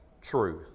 truth